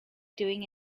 doing